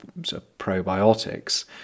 probiotics